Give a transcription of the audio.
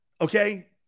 Okay